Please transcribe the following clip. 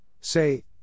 say